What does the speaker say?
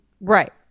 right